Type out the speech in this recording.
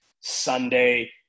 Sunday